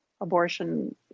abortion